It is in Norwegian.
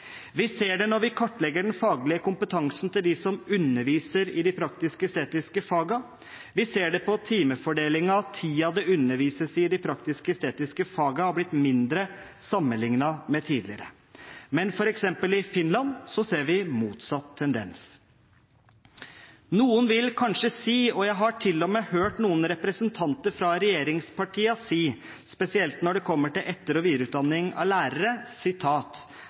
Vi ser det når vi kartlegger den faglige kompetansen til dem som underviser i de praktisk-estetiske fagene. Vi ser det på timefordelingen at tiden det undervises i de praktisk-estetiske fagene, har blitt mindre sammenliknet med tidligere. Men f.eks. i Finland ser vi en motsatt tendens. Noen vil kanskje si – og jeg har til og med hørt det av noen representanter fra regjeringspartiene, spesielt når det kommer til etter- og videreutdanning av lærere